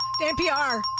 NPR